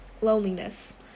loneliness